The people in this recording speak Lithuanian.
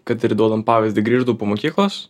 kad ir duodant pavyzdį grįždavau po mokyklos